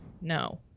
No